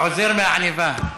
מהעניבה.